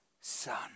son